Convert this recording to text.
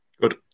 Good